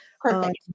Perfect